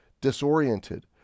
disoriented